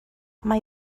mae